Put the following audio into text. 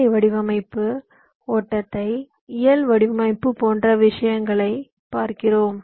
ஐ வடிவமைப்பு ஓட்டத்தை இயல் வடிவமைப்பு போன்ற விஷயங்களைப் பார்க்கிறோம்